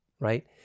right